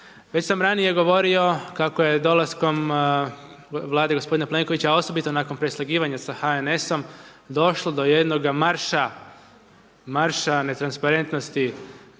Već sam ranije govorio kako je dolaskom Vlade gospodina Plenkovića, osobito nakon preslagivanja s HNS-om, došlo do jednoga marša netransparentnosti